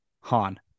han